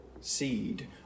seed